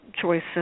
choice